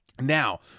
Now